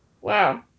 wow